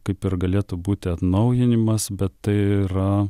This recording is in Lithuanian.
kaip ir galėtų būti atnaujinimas bet tai yra